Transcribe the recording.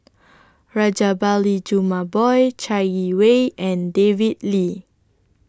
Rajabali Jumabhoy Chai Yee Wei and David Lee